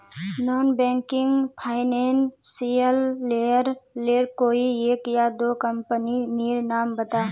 Non banking financial लेर कोई एक या दो कंपनी नीर नाम बता?